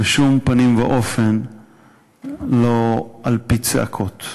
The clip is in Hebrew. בשום פנים ואופן לא על-פי צעקות.